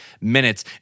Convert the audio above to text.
minutes